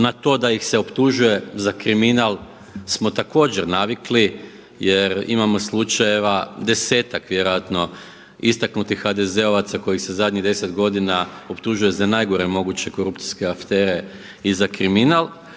na to da ih se optužuje za kriminal smo također navikli jer imamo slučajeva desetak vjerojatno istaknutih HDZ-ovaca koji se zadnjih deset godina optužuje za najgore moguće korupcijske afere i za kriminal,